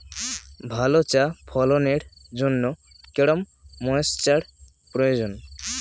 ভালো চা ফলনের জন্য কেরম ময়স্চার প্রয়োজন?